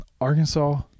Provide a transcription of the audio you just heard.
Arkansas